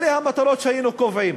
אלה המטרות שהיינו קובעים.